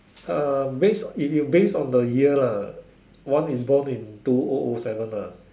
uh base if you base on the year lah one is born in two o o seven lah